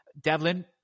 Devlin